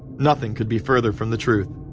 nothing could be further from the truth.